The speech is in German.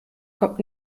kommt